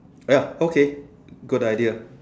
ya okay good idea